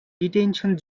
detention